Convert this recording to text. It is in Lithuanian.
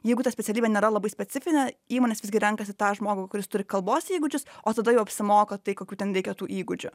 jeigu ta specialybė nėra labai specifinė įmonės visgi renkasi tą žmogų kuris turi kalbos įgūdžius o tada jau apsimoka tai kokių ten reikia tų įgūdžių